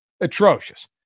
Atrocious